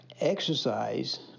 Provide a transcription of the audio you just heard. exercise